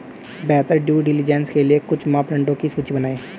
बेहतर due diligence के लिए कुछ मापदंडों की सूची बनाएं?